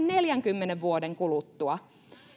neljänkymmenen vuoden kuluttua